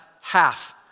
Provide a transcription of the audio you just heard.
half